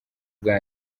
bwa